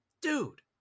dude